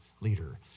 leader